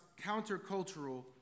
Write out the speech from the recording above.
countercultural